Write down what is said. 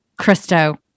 Christo